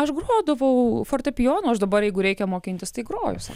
aš grodavau fortepijonu aš dabar jeigu reikia mokintis tai groju sau